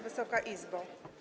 Wysoka Izbo!